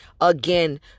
again